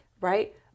Right